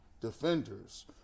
defenders